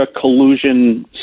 collusion